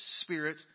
Spirit